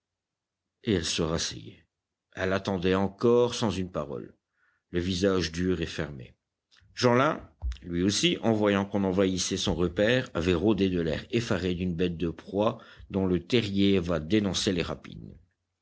et elle se rasseyait elle attendait encore sans une parole le visage dur et fermé jeanlin lui aussi en voyant qu'on envahissait son repaire avait rôdé de l'air effaré d'une bête de proie dont le terrier va dénoncer les rapines